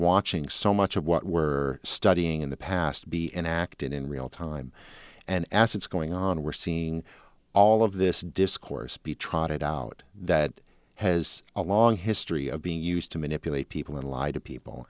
watching so much of what we're studying in the past be enacted in real time and as it's going on we're seeing all of this discourse be trotted out that has a long history of being used to manipulate people in lie to people